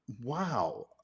wow